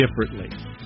differently